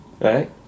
Right